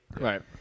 Right